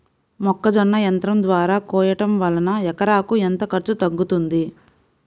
మొక్కజొన్న యంత్రం ద్వారా కోయటం వలన ఎకరాకు ఎంత ఖర్చు తగ్గుతుంది?